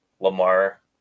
Lamar